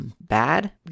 bad